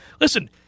Listen